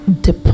deep